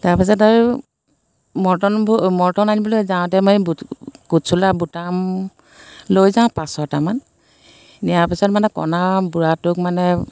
তাৰ পাছত আৰু মৰ্টনবোৰ মৰ্টন আনিবলৈ যাওঁতে মানে বুট কোট চোলা বুটাম লৈ যাওঁ পাঁচ ছটামান নিয়াৰ পিছত মানে কণা বুঢ়াটোক মানে